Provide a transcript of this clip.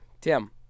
Tim